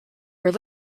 were